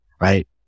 right